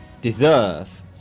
Deserve